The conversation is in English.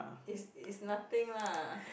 is is nothing lah